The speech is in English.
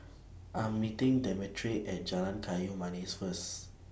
I'm meeting Demetric At Jalan Kayu Manis First